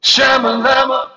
Shamalama